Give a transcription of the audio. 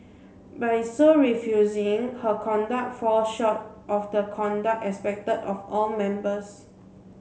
by so refusing her conduct fall short of the conduct expected of all members